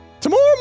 Tomorrow